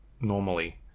normally